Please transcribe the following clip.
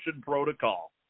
protocol